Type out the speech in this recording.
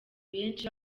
benshi